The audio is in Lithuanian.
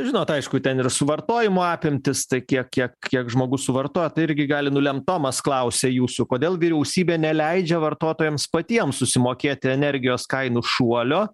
žinot aišku ten ir suvartojimo apimtys tai kiek kiek kiek žmogus suvartoja tai irgi gali nulemt tomas klausia jūsų kodėl vyriausybė neleidžia vartotojams patiems susimokėti energijos kainų šuolio